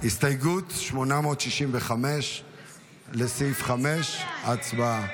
הסתייגות 865 לא נתקבלה.